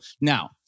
Now